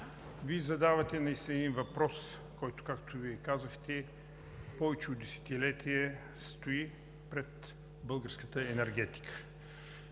Вие задавате въпрос, който, както казахте, повече от десетилетия стои пред българската енергетика.